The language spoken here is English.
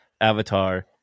Avatar